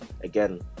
again